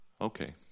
Okay